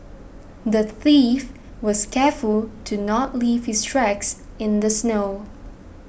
the thief was careful to not leave his tracks in the snow